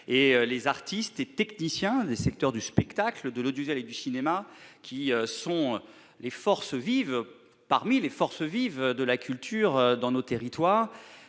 Les artistes et les techniciens des secteurs du spectacle, de l'audiovisuel et du cinéma, qui sont les forces vives de la culture dans nos territoires,